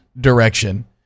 direction